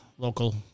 Local